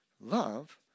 Love